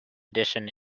edition